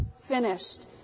finished